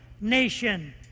nation